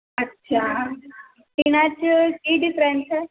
ਅੱਛਾ ਇਹਨਾਂ 'ਚ ਕੀ ਡਿਫਰੈਂਸ ਹੈ